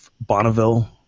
Bonneville